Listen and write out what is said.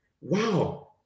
wow